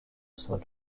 sol